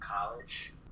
college